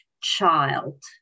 child